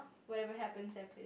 whatever happens happen